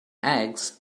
eggs